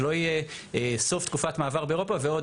שלא יהיה סוף תקופת מעבר באירופה ועוד